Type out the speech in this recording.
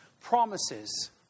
promises